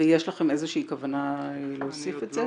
ויש לכם איזו שהיא כוונה להוסיף את זה,